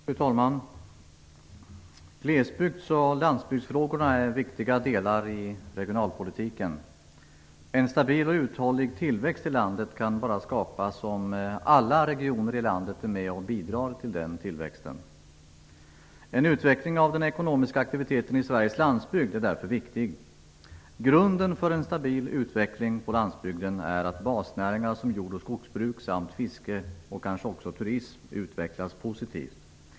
Fru talman! Glesbygds och landsbygdsfrågorna är en viktig del i regionalpolitiken. En stabil och uthållig tillväxt i landet kan skapas bara om alla regioner är med och bidrar till tillväxten. En utveckling av den ekonomiska aktiviteten i Sveriges landsbygd är därför viktig. Grunden för en stabil utveckling på landsbygden är att basnäringar som jord och skogsbruk samt fiske och turism utvecklas positivt.